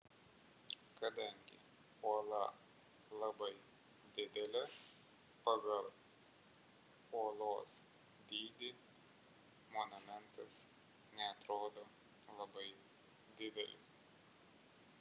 kadangi uola labai didelė pagal uolos dydį monumentas neatrodo labai didelis